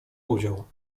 udział